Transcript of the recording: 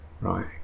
Right